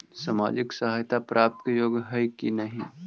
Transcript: सामाजिक सहायता प्राप्त के योग्य हई कि नहीं?